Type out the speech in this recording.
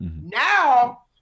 Now